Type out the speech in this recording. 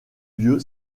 lieu